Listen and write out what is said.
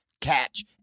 Catch